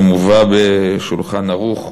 שמובא ב"שולחן ערוך",